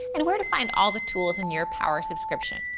and where to find all the tools in your power subscription.